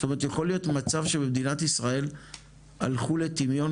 זאת אומרת יכול להיות מצב שבמדינת ישראל הלכו לטמיון